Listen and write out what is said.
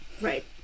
Right